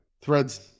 Threads